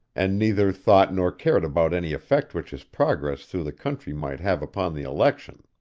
and neither thought nor cared about any effect which his progress through the country might have upon the election.